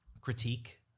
critique